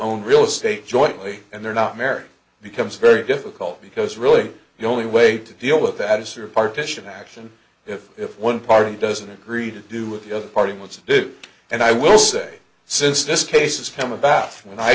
own real estate jointly and they're not married becomes very difficult because really the only way to deal with that is your partition action if if one party doesn't agree to do it the other party wants to do and i will say since this case is how about when i